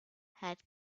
had